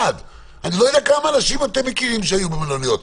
אני לא יודע כמה אנשים אתם מכירים שהיו במלוניות.